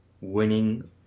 winning